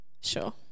Sure